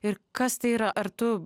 ir kas tai yra ar tu